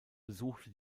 besuchte